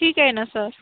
ठीक आहे ना सर